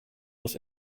was